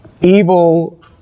evil